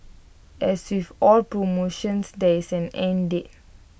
as with all promotions there is an end date